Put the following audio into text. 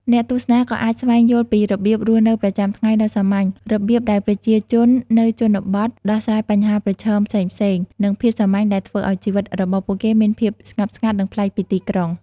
អ្នកទស្សនាក៏អាចស្វែងយល់ពី របៀបរស់នៅប្រចាំថ្ងៃដ៏សាមញ្ញ របៀបដែលប្រជាជននៅជនបទដោះស្រាយបញ្ហាប្រឈមផ្សេងៗ និង ភាពសាមញ្ញដែលធ្វើឱ្យជីវិតរបស់ពួកគេមានភាពស្ងប់ស្ងាត់ និងប្លែកពីទីក្រុង។